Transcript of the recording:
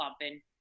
pumping